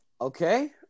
Okay